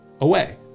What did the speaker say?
away